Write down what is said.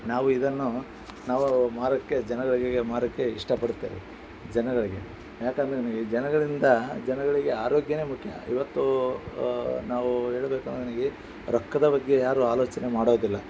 ನಾವು ಇದನ್ನು ನಾವು ಮಾರೋಕ್ಕೆ ಜನಗಳಿಗೆ ಮಾರೋಕ್ಕೆ ಇಷ್ಟ ಪಡುತ್ತೇವೆ ಜನಗಳಿಗೆ ಯಾಕೆಂದ್ರೆ ನನಗೆ ಜನಗಳಿಂದ ಜನಗಳಿಗೆ ಆರೋಗ್ಯವೇ ಮುಖ್ಯ ಇವತ್ತು ನಾವು ಹೇಳ್ಬೇಕಂದರೆ ನನಗೆ ರೊಕ್ಕದ ಬಗ್ಗೆ ಯಾರು ಆಲೋಚನೆ ಮಾಡೋದಿಲ್ಲ